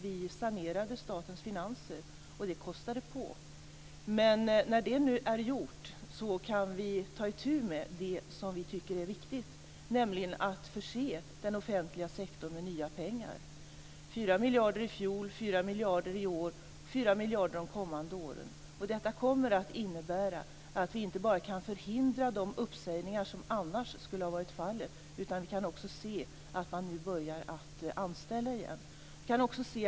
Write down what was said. Vi sanerade statens finanser, och det kostade på. Men när detta nu är gjort kan vi ta itu med det som vi tycker är viktigt, nämligen att förse den offentliga sektorn med nya pengar: 4 miljarder i fjol, 4 miljarder i år och 4 miljarder under de kommande åren. Detta kommer att innebära att inte bara de uppsägningar som annars hade varit aktuella kan förhindras, utan vi kan också se att man nu har börjat att anställa igen.